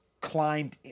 climbed